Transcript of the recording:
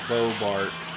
Bobart